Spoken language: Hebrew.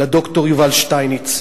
ד"ר יובל שטייניץ,